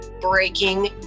breaking